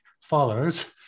follows